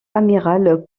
amiral